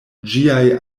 ĝiaj